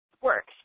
works